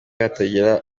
hatagira